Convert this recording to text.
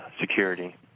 security